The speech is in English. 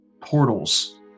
portals